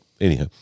anyhow